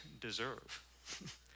deserve